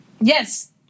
Yes